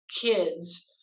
kids